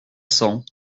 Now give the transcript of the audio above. cents